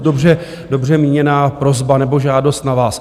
To je dobře míněná prosba nebo žádost na vás.